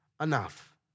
enough